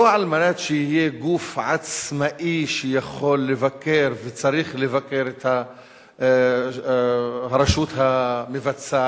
לא על מנת שיהיה גוף עצמאי שיכול לבקר וצריך לבקר את הרשות המבצעת,